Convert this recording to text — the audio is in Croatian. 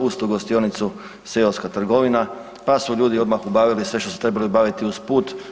Uz tu gostionicu seoska trgovina, pa su ljudi odmah obavili sve što su trebali obaviti usput.